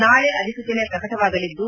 ನಾಳೆ ಅಧಿಸೂಚನೆ ಪ್ರಕಟವಾಗಲಿದ್ದು